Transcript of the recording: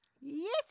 Yes